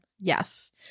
yes